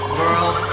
world